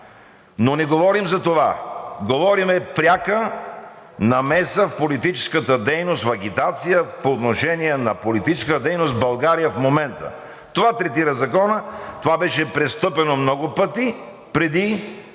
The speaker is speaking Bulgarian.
Не говорим за това! Говорим за пряка намеса в политическата дейност, за агитация по отношение на политическата дейност в България, в момента. Това третира Законът. Това беше престъпено много пъти в